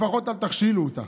לפחות אל תכשילו אותה.